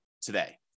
today